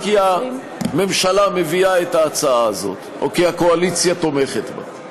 כי הממשלה מביאה את ההצעה הזאת או כי הקואליציה תומכת בה.